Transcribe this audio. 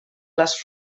les